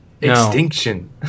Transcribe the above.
Extinction